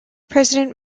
president